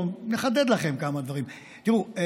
או נחדד לכם כמה דברים: תראו,